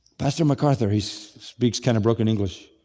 pastor macarthur, he speaks kind of broken english,